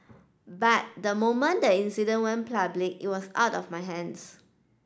but the moment the incident went public it was out of my hands